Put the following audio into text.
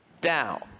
down